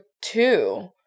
two